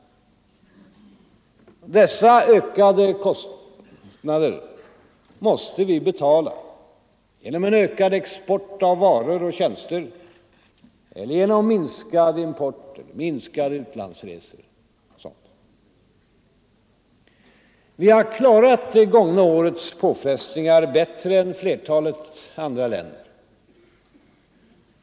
Dessa ökade kostnader måste vi betala genom en ökad export av varor och tjänster eller genom minskad import, minskade utlandsresor Vi har klarat det gångna årets påfrestningar bättre än flertalet andra länder.